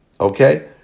Okay